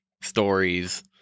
stories